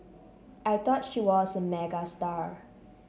I thought she was a megastar